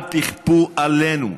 אל תכפו עלינו.